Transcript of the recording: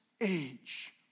age